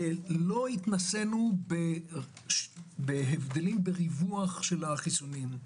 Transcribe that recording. לא התנסינו בהבדלים בריווח של החיסונים.